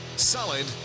Solid